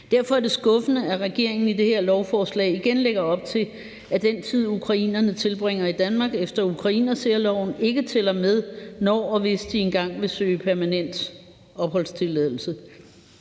Derfor er det skuffende, at regeringen i det her lovforslag igen lægger op til, at den tid, ukrainerne tilbringer i Danmark efter ukrainersærloven, ikke tæller med, når og hvis de engang vil søge permanent opholdstilladelse.